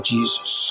Jesus